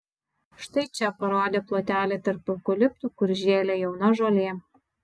štai čia parodė plotelį tarp eukaliptų kur žėlė jauna žolė